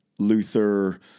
Luther